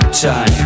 time